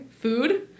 food